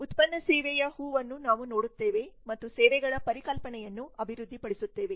ಉತ್ಪನ್ನ ಸೇವೆಯ ಹೂವನ್ನು ನಾವು ನೋಡುತ್ತೇವೆ ಮತ್ತು ಸೇವೆಗಳ ಪರಿಕಲ್ಪನೆಯನ್ನು ಅಭಿವೃದ್ಧಿಪಡಿಸುತ್ತೇವೆ